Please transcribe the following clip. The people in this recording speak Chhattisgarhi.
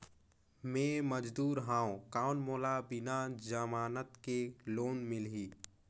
मे मजदूर हवं कौन मोला बिना जमानत के लोन मिलही?